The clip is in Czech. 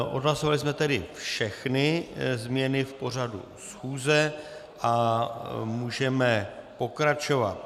Odhlasovali jsme tedy všechny změny v pořadu schůze a můžeme pokračovat.